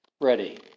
ready